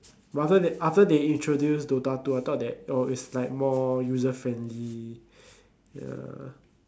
but after they after they introduce dota two I thought that oh it's like more user friendly ya